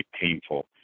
painful